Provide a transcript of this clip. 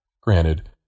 Granted